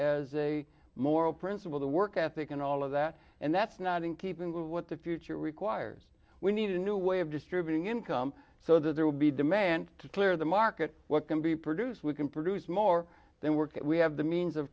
as a moral principle the work ethic and all of that and that's not in keeping with what the future requires we need a new way of distributing income so that there will be demand to clear the market what can be produce we can produce more than work we have the means of